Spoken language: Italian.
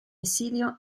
esilio